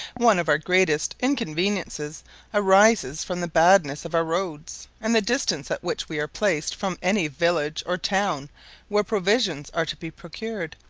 one of our greatest inconveniences arises from the badness of our roads, and the distance at which we are placed from any village or town where provisions are to be procured.